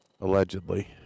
Allegedly